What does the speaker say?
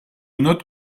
note